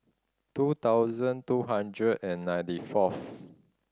two thousand two hundred and ninety fourth